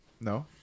no